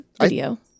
video